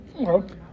Okay